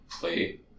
play